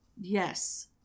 yes